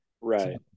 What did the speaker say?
Right